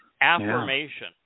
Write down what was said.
affirmation